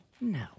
No